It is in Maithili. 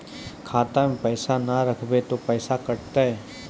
खाता मे पैसा ने रखब ते पैसों कटते?